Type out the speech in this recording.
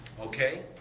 Okay